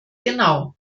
genau